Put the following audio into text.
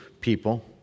people